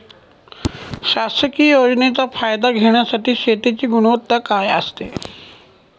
शासकीय योजनेचा फायदा घेण्यासाठी शेतीची गुणवत्ता काय असते?